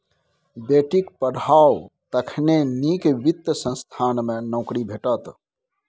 बेटीक पढ़ाउ तखने नीक वित्त संस्थान मे नौकरी भेटत